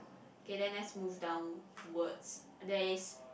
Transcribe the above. okay then let's move downwards there is